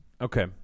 Okay